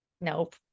nope